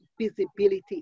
visibility